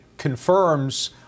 Confirms